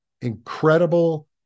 incredible